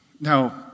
Now